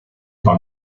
par